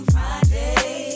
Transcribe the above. Friday